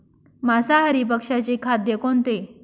मांसाहारी पक्ष्याचे खाद्य कोणते?